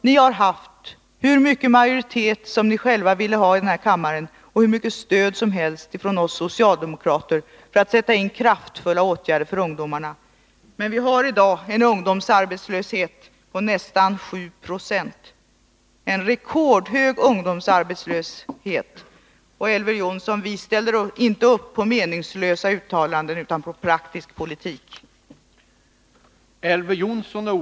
Ni har haft hur stor majoritet ni själva önskat i den här kammaren och hur mycket stöd som helst från oss socialdemokrater för att sätta in kraftfulla åtgärder för ungdomarna, men vi har i dag en ungdomsarbetslöshet på nästan 7 26, en rekordhög ungdomsarbetslöshet. Vi ställer inte upp på meningslösa uttalanden, utan på praktisk politik, Elver Jonsson.